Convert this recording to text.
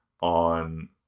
on